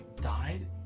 died